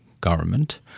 government